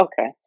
okay